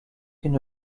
une